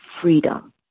freedom